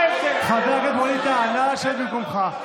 חבר הכנסת ווליד טאהא, נא לשבת במקומך.